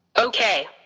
okay.